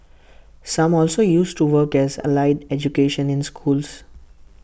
some also used to work as allied educations in schools